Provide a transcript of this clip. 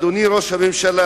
אדוני ראש הממשלה,